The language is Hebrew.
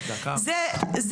את זה